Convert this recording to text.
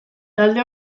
talde